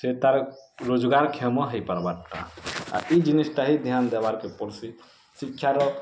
ସେ ତା'ର୍ ରୋଜଗାର୍ କ୍ଷମ ହୋଇପାରବାର୍ ଟା ଆର୍ ଇ ଜିନିଷ୍ଟା ହିଁ ଧ୍ୟାନ୍ ଦେବାର୍ କେ ପଡ଼୍ସି ଶିକ୍ଷାର